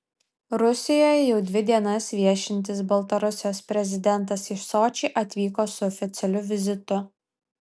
rusijoje jau dvi dienas viešintis baltarusijos prezidentas į sočį atvyko su oficialiu vizitu